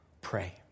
Pray